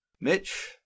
Mitch